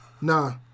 Nah